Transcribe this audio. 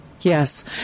yes